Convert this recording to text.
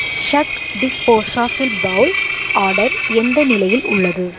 ஷக் disposable bowl order எந்த நிலையில் உள்ளது